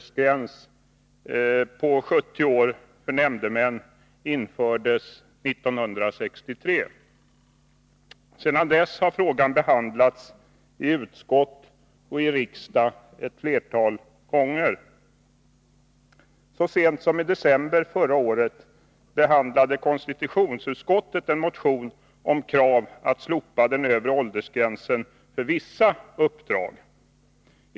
Sedan dess har frågan behandlats i utskott och kammare ett flertal gånger. Så sent som i december förra året behandlade konstitutionsutskottet en motion med krav på att den övre åldersgränsen för vissa uppdrag skulle slopas.